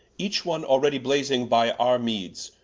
each one alreadie blazing by our meedes,